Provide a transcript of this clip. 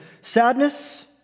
sadness